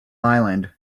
island